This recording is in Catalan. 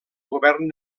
govern